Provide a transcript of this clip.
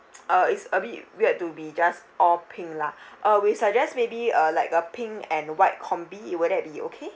uh it's a bit weird to be just all pink lah uh we suggest maybe uh like a pink and white combi~ would that be okay